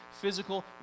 physical